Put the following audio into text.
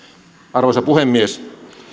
arvoisa puhemies